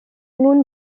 nun